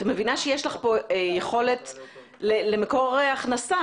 את מבינה שיש לך פה למקור הכנסה,